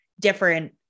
different